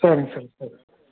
சரிங்க சார் சரி